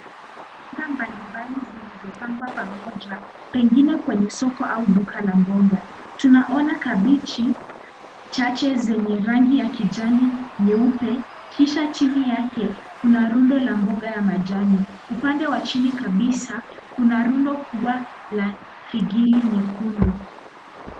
Mboga mbalimbali zilizopangwa pamoja, pengine kwenye soko au duka la mboga. Tunaona kabeji chache zenye rangi ya kijani nyeupe, kisha chini yake kuna runda la mboga ya majani. Upande wa chini kabisa kuna rundo kubwa la figili nyekundu.